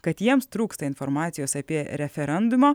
kad jiems trūksta informacijos apie referendumo